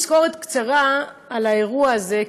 תזכורת קצרה לאירוע הזה,